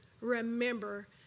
remember